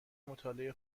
مطالعه